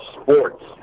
sports